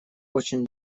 очень